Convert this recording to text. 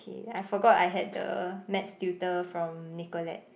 okay I forgot I had the maths tutor from Nicolette